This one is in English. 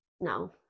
No